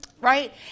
right